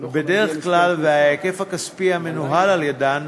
בדרך כלל, וההיקף הכספי המנוהל על-ידן